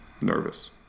nervous